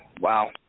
Wow